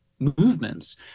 movements